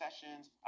sessions